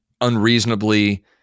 unreasonably